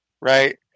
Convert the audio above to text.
right